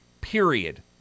Period